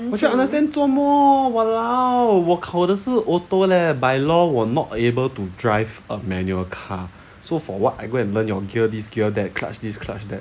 我去 understand 做么 !walao! 我考得是 auto leh by law 我 not able to drive a manual car so for what I go and learn your gear this gear that clutch this clutch that